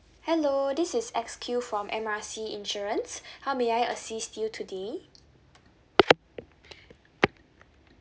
hello this is X Q from M R C insurance how may I assist you today